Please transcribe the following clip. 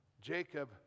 Jacob